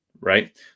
right